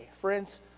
Friends